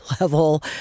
level